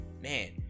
man